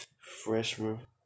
freshman